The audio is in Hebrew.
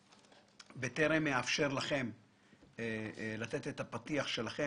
בטרם אאפשר לכם לתת את הפתיח שלכם,